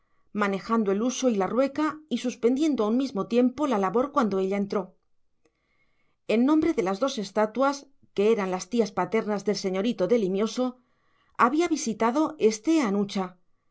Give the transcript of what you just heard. manejando el huso y la rueca y suspendiendo a un mismo tiempo la labor cuando ella entró en nombre de las dos estatuas que eran las tías paternas del señorito de limioso había visitado éste